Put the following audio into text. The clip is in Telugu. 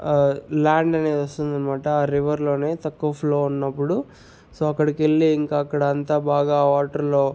ల్యాండ్ అనేది వస్తుందనమాట ఆ రివర్లోనే తక్కువ ఫ్లో ఉన్నప్పుడు సో అక్కడికి వెళ్లి ఇంక అక్కడ అంతా బాగా వాటర్లో